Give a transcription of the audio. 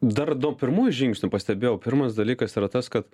dar dėl pirmųjų žingsnių pastebėjau pirmas dalykas yra tas kad